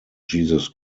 jesus